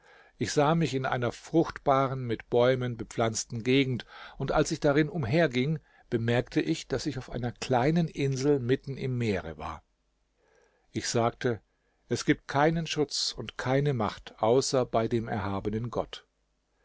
ich sah mich in einer fruchtbaren mit bäumen bepflanzten gegend und als ich darin umherging bemerkte ich daß ich auf einer kleinen insel mitten im meere war ich sagte es gibt keinen schutz und keine macht außer bei dem erhabenen gott